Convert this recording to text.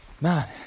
Man